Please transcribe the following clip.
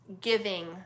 giving